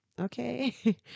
okay